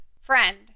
friend